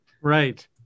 right